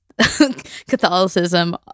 catholicism